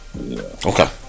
Okay